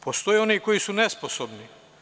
Postoje oni koji su nesposobni.